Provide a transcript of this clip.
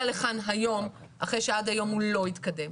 לכאן היום אחרי שעד היום הוא לא התקדם,